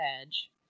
edge